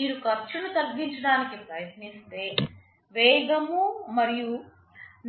మీరు ఖర్చును తగ్గించడానికి ప్రయత్నిస్తే వేగము మరియు